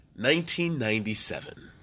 1997